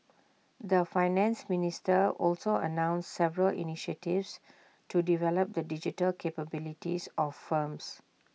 the Finance Minister also announced several initiatives to develop the digital capabilities of firms